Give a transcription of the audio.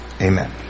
Amen